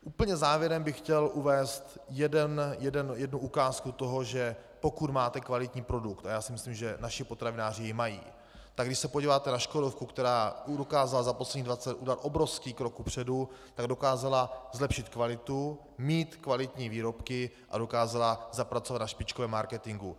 Úplně závěrem bych chtěl uvést jednu ukázku toho, že pokud máte kvalitní produkt, a já si myslím, že naši potravináři ho mají, tak když se podíváte na Škodovku, která udělala obrovský krok kupředu, tak dokázala zlepšit kvalitu, mít kvalitní výrobky a dokázala zapracovat na špičkovém marketingu.